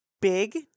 big